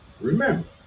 Remember